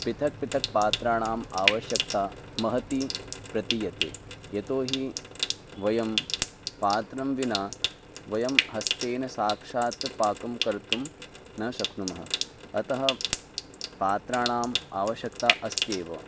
पृथक् पृथक् पात्राणाम् आवशक्ता महती प्रतीयते यतोऽहि वयं पात्रं विना वयं हस्तेन साक्षात् पाकं कर्तुं न शक्नुमः अतः पात्राणाम् आवश्क्ता अस्त्येव